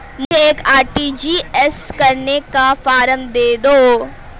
मुझे एक आर.टी.जी.एस करने का फारम दे दो?